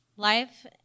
Life